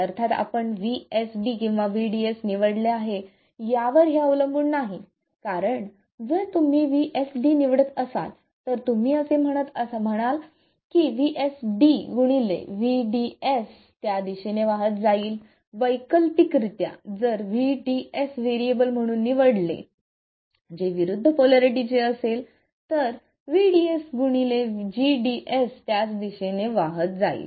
अर्थात आपण vSD किंवा vDS निवडले आहे यावर हे अवलंबून नाही कारण जर तुम्ही vSD निवडत असाल तर तुम्ही असे म्हणाल की vSD gds त्या दिशेने वाहत जातील वैकल्पिकरित्या जर आपण vDS व्हेरिएबल म्हणून निवडले जे विरुद्ध पोलारिटी चे असेल तर vDS gds त्याच दिशेने वाहत जाईल